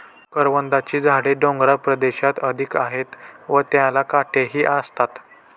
करवंदाची झाडे डोंगराळ प्रदेशात अधिक आहेत व त्याला काटेही असतात